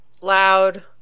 loud